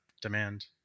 demand